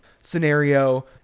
scenario